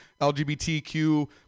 LGBTQ